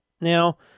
Now